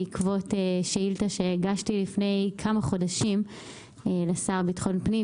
בעקבות שאילתה שהגשתי לפני כמה חודשים לשר לביטחון פנים,